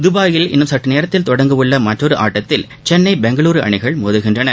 தபாயில் இன்னும் சற்று நேரத்தில் தொடங்க உள்ள மற்றொரு ஆட்டத்தில் சென்னை பெங்களுரு அணிகள் மோதுகின்றன